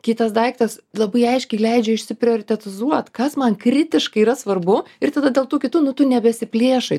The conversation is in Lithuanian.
kitas daiktas labai aiškiai leidžia išsiprioritetuzuot kas man kritiškai yra svarbu ir tada dėl tų kitų nu tu nebesiplėšai